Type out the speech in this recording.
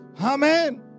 amen